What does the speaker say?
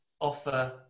offer